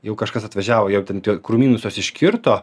jau kažkas atvažiavo jau ten tie krūmynus tuos iškirto